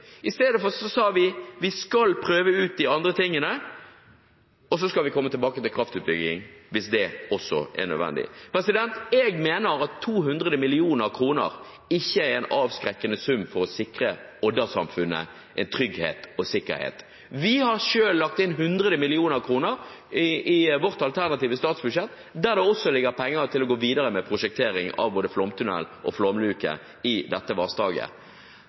I stedet sa vi at vi skal prøve ut de andre tingene, og så skal vi komme tilbake til kraftutbygging hvis det også er nødvendig. Jeg mener at 200 mill. kr ikke er en avskrekkende sum for å sikre Odda-samfunnet en trygghet og sikkerhet. Vi har selv lagt inn 100 mill. kr i vårt alternative statsbudsjett, der det også ligger penger til å gå videre med prosjektering av både flomtunnel og flomluke i dette